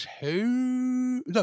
two